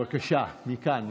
בבקשה, מכאן.